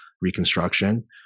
reconstruction